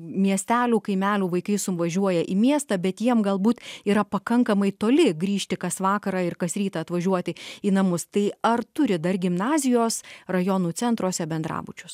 miestelių kaimelių vaikai suvažiuoja į miestą bet jiem galbūt yra pakankamai toli grįžti kas vakarą ir kas rytą atvažiuoti į namus tai ar turi dar gimnazijos rajonų centruose bendrabučius